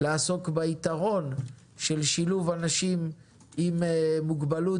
לעסוק ביתרון של שילוב אנשים עם מוגבלות